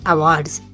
Awards